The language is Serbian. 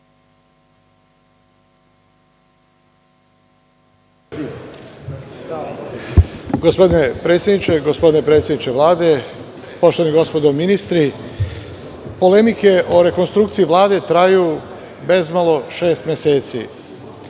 Gospodine predsedniče, gospodine predsedniče Vlade, poštovani gospodo ministri, polemike o rekonstrukciji Vlade traju bezmalo šest meseci.